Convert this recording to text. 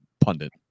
pundit